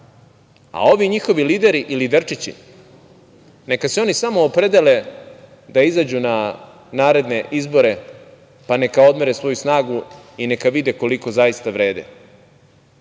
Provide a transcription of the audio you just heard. a ovi njihovi lideri i liderčići neka se oni samo opredele da izađu na naredne izbore, pa neka odmere svoju snagu i neka vide koliko zaista vrede,